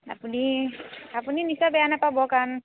আপুনি আপুনি নিশ্চয় বেয়া নাপাব কাৰণ